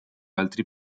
altri